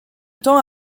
temps